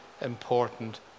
important